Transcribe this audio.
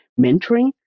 mentoring